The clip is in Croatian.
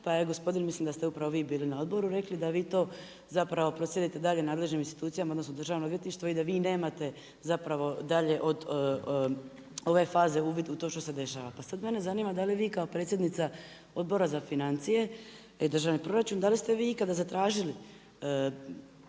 pa je gospodin, mislim da ste upravo vi bili na odboru, rekli da vi to zapravo proslijedite dalje nadležnim institucijama odnosno Državnom odvjetništvu i da vi nemate zapravo dalje od ove faze uvid u to što se dešava. Pa sad mene zanima da li vi kao predsjednica Odbora za financije i državni proračun, da li ste vi ikada zatražili